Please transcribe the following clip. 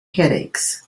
headaches